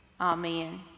Amen